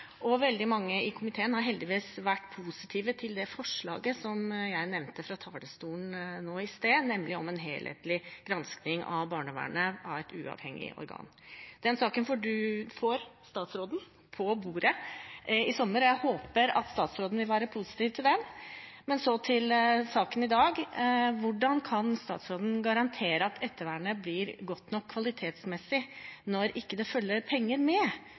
Og som saksordføreren sa, er vi enstemmige om at vi trenger å forbedre situasjonen i barnevernet. Veldig mange i komiteen har heldigvis vært positive til det representantforslaget som jeg nevnte fra talerstolen i stad, nemlig om en helhetlig gransking av barnevernet av et uavhengig organ. Den saken får statsråden på bordet i sommer, og jeg håper at statsråden vil være positiv til den. Så til saken i dag: Hvordan kan statsråden garantere at ettervernet blir godt nok kvalitetsmessig når det ikke følger penger